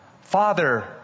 Father